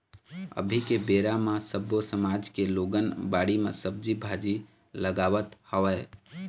अभी के बेरा म सब्बो समाज के लोगन बाड़ी म सब्जी भाजी लगावत हवय